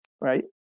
right